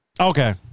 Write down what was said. Okay